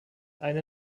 eine